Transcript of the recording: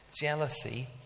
jealousy